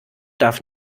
darf